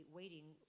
waiting